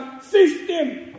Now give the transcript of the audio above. system